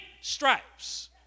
stripes